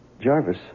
Jarvis